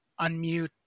unmute